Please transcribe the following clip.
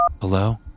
Hello